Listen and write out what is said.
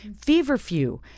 Feverfew